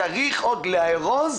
צריך לארוז